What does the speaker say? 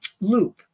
loop